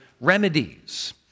remedies